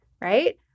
right